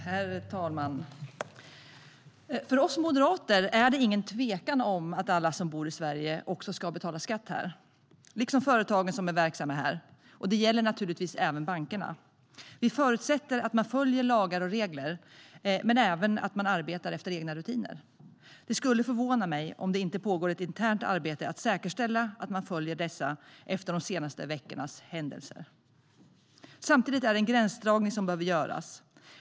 Herr talman! För oss moderater råder ingen tvekan om att alla som bor i Sverige också ska betala skatt här, liksom företagen som är verksamma här. Det gäller naturligtvis även bankerna. Vi förutsätter att man följer lagar och regler och även att man arbetar efter egna rutiner. Det skulle förvåna mig om det inte pågår ett internt arbete med att säkerställa att man följer dessa efter de senaste veckornas händelser. Samtidigt behöver en gränsdragning göras.